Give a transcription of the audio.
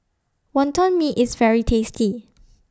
Wonton Mee IS very tasty